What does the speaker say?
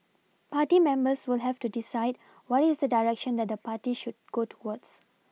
party members will have to decide what is the direction that the party should go towards